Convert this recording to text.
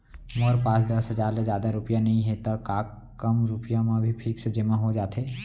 मोर पास दस हजार ले जादा रुपिया नइहे त का कम रुपिया म भी फिक्स जेमा हो जाथे?